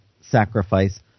sacrifice